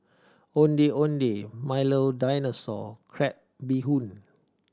Ondeh Ondeh Milo Dinosaur crab bee hoon